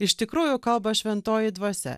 iš tikrųjų kalba šventoji dvasia